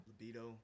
libido